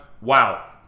wow